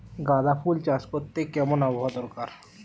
গাঁদাফুল চাষ করতে কেমন আবহাওয়া দরকার?